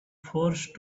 forced